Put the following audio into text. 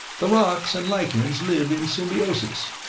the rocks and lichens live in symbiosis.